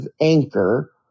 anchor